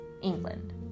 England